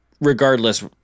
regardless